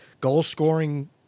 goal-scoring